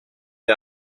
drh